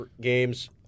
games